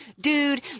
Dude